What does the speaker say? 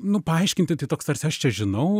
nu paaiškinti tai toks tarsi aš čia žinau